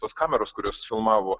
tos kameros kurios filmavo